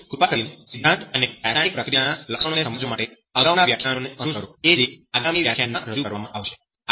તેથી કૃપા કરીને સિધ્ધાંત અને રાસાયણિક પ્રક્રિયાના લક્ષણોને સમજવા માટે અગાઉના વ્યાખ્યાનોને અનુસરો કે જે આગામી વ્યાખ્યાનમાં રજૂ કરવામાં આવશે